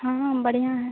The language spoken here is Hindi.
हाँ हम बढ़िया हैं